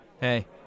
Hey